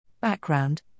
Background